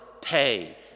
pay